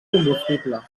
combustible